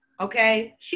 okay